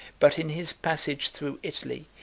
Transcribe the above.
but in his passage through italy,